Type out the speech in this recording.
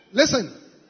Listen